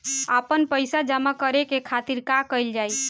आपन पइसा जमा करे के खातिर का कइल जाइ?